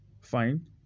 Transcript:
fine